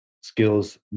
skills